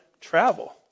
travel